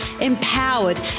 empowered